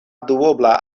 duobla